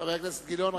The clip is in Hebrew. חבר הכנסת גילאון,